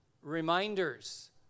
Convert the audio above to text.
Reminders